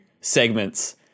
segments